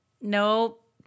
Nope